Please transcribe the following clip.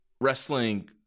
wrestling